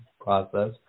process